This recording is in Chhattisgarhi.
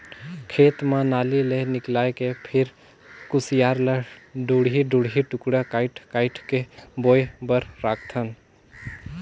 खेत म नाली ले निकायल के फिर खुसियार ल दूढ़ी दूढ़ी टुकड़ा कायट कायट के बोए बर राखथन